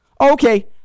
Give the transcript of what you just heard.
Okay